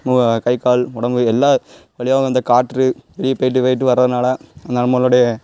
நம்ம கை கால் உடம்பு எல்லா வழியாவும் அந்த காற்று வெளியே போயிட்டு போயிட்டு வறதுனால நம்மளுடைய